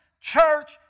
church